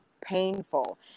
painful